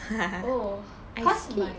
oh cause my